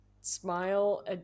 smile